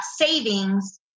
savings